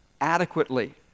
adequately